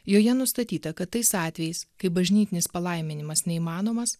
joje nustatyta kad tais atvejais kai bažnytinis palaiminimas neįmanomas